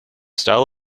style